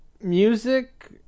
music